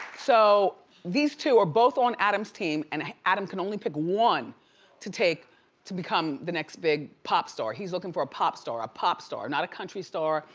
so these two are both on adam's team, and adam can only pick one to take to become the next big pop star. he's looking for a pop star, a pop star, not a country star,